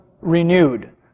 renewed